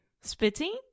Spitting